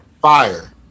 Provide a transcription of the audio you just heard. Fire